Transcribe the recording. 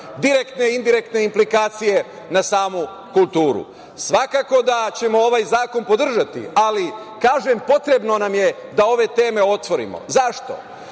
direktne i indirektne implikacije na samu kulturu. Svakako da ćemo ovaj zakon podržati, ali kažem, potrebno nam je da ove teme otvorimo. Zašto?